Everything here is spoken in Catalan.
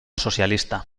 socialista